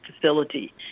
facility